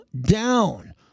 down